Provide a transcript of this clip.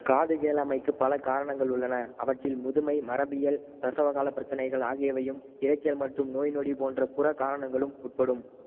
காது கேளாமைக்கு பல காரணங்கள் உள்ளன அவற்றில் முதுமை மரபியல் பிரசவகாலப் பிரச்சனைகள் ஆகியவையும் இரைச்சல் மற்றும் நோய்நொடி போன்ற புறக் காரணங்களும் உட்படும்